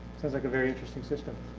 sounds like a very interesting system.